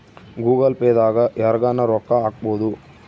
Google pay ದಾಗ ಯರ್ಗನ ರೊಕ್ಕ ಹಕ್ಬೊದು